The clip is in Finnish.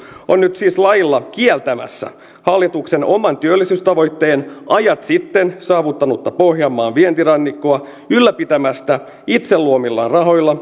on nyt siis lailla kieltämässä hallituksen oman työllisyystavoitteen ajat sitten saavuttanutta pohjanmaan vientirannikkoa ylläpitämästä itse luomillaan rahoilla